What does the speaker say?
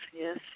Yes